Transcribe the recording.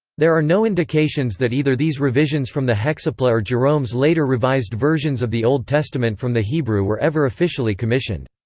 there are no indications that either these revisions from the hexapla or jerome's later revised versions of the old testament from the hebrew were ever officially commissioned.